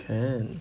damn